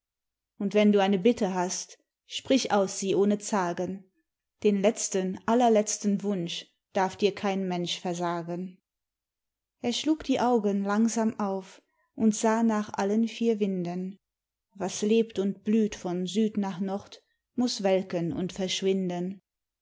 und wenn du eine bitte hast sprich aus sie ohne zagen den letzten allerletzten wunsch darf dir kein mensch versagen er schlug die augen langsam auf und sah nach allen vier winden was lebt und blüht von süd nach nord muß welken und verschwinden